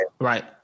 Right